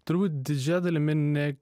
turbūt didžia dalimi ne